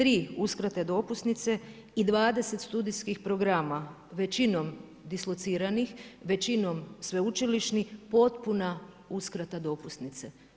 Tri uskrate dopusnice i 20 studijskih programa većinom dislociranih, većinom sveučilišnih, potpuna uskrata dopusnice.